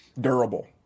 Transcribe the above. durable